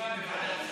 בישיבה בוועדת הכספים.